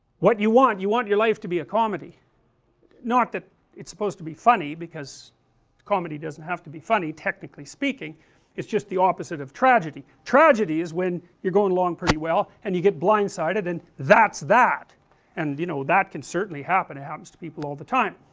what you want, you want your life to be a comedy not that it's supposed to be funny because comedy doesn't have to be funny, technically speaking it's just the opposite of tragedy tragedy is when you are going along pretty well and you get blindsided, and that's that and, you know, that can certainly happen, it happens to people all the time.